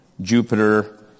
Jupiter